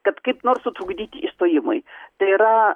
kad kaip nors sutrukdyti išstojimui tai yra